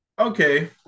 Okay